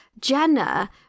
Jenna